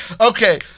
Okay